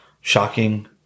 shocking